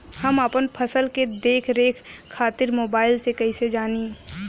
हम अपना फसल के देख रेख खातिर मोबाइल से कइसे जानी?